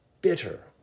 Bitter